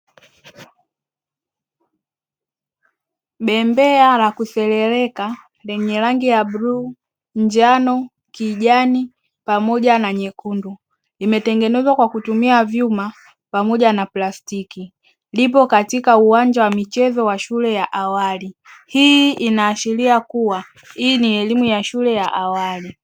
Bembea la kuserereka lenye rangi ya bluu, njano, kijani pamoja na nyekundu imetengenezwa kwa kutumia vyuma pamoja na plastiki, lipo katika uwanja wa michezo wa shule ya awali, hii inaashiria kuwa hii ni elimu ya shule ya awali.